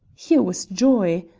here was joy!